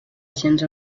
gens